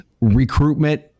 recruitment